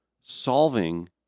solving